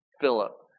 Philip